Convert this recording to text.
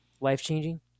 life-changing